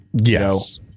Yes